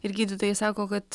ir gydytojai sako kad